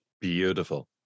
Beautiful